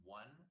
one